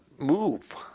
move